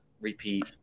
repeat